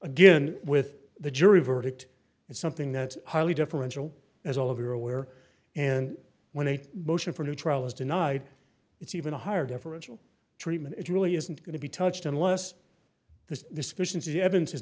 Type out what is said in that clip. again with the jury verdict is something that's highly differential as all of you are aware and when a motion for a new trial is denied it's even a higher differential treatment it really isn't going to be touched unless the descriptions of the evidence is